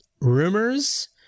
rumors